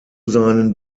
seinen